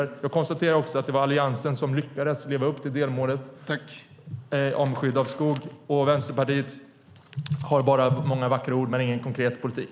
Jag konstaterar också att det var Alliansen som lyckades leva upp till delmålet om skydd av skog. Vänsterpartiet har bara många vackra ord men ingen konkret politik.